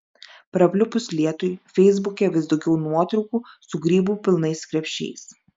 prapliupus lietui feisbuke vis daugiau nuotraukų su grybų pilnais krepšiais